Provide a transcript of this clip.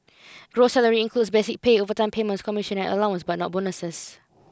gross salary includes basic pay overtime payments commissions and allowances but not bonuses